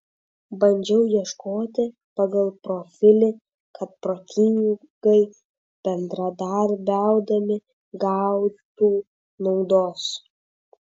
bandžiau ieškoti pagal profilį kad protingai bendradarbiaudami gautų naudos